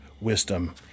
wisdom